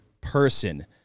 person